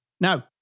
Now